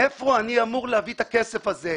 מאיפה אני אמור להביא את הכסף הזה?